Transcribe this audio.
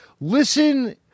Listen